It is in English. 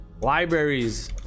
libraries